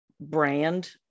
brand